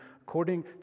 according